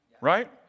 right